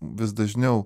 vis dažniau